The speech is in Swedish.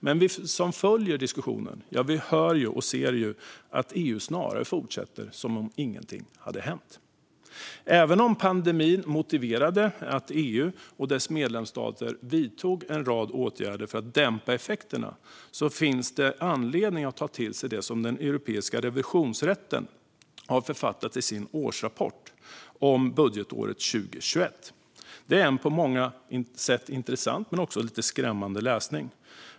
Men vi som följer diskussionen hör och ser ju att EU snarare fortsätter som om ingenting hade hänt. Även om pandemin motiverade att EU och dess medlemsstater vidtog en rad åtgärder för att dämpa effekterna finns det anledning att ta till sig det som Europeiska revisionsrätten har författat i sin årsrapport om budgetåret 2021. Det är en på många sätt intressant men också lite skrämmande läsning.